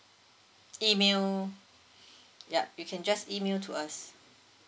email yup you can just email to us